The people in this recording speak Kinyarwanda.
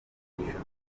inyigisho